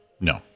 No